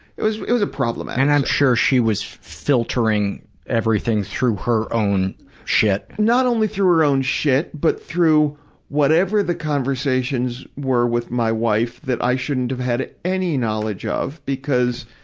it, was, it was a problematic paul and i'm sure she was filtering everything through her own shit. not only through her own shit. but through whatever the conversations were with my wife that i shouldn't have had any knowledge of, because,